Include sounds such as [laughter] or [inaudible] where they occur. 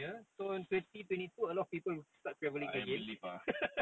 [noise] [breath] I believe ah